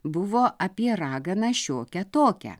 buvo apie raganą šiokią tokią